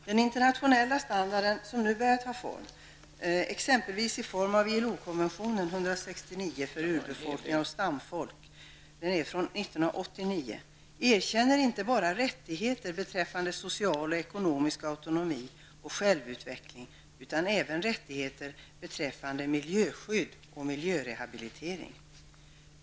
Den internationella standard som nu börjar ta form, exempelvis i form av ILO-konvention 169 för urbefolkningar och stamfolk från 1989, erkänner inte bara rättigheter beträffande social och ekonomisk autonomi och självutveckling, utan även rättigheter beträffande miljöskydd och miljörehabilitering.